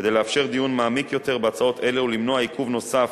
כדי לאפשר דיון מעמיק יותר בהצעות אלה ולמנוע עיכוב נוסף